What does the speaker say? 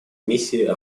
миссии